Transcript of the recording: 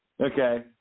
Okay